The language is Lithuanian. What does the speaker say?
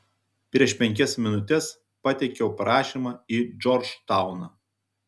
prieš penkias minutes pateikiau prašymą į džordžtauną